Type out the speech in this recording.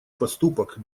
поступок